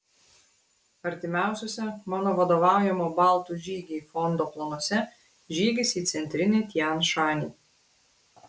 artimiausiuose mano vadovaujamo baltų žygiai fondo planuose žygis į centrinį tian šanį